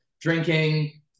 drinking